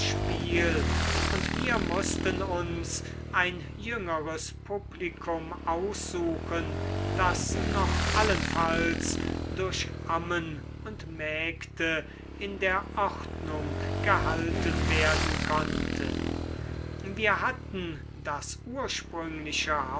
und wir mußten uns ein jüngeres publikum aussuchen das noch allenfalls durch ammen und mägde in der ordnung gehalten werden konnte wir hatten das ursprüngliche